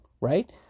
right